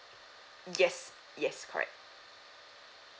yes yes correct